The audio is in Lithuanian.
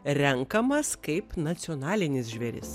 renkamas kaip nacionalinis žvėris